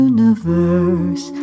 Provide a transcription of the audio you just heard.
Universe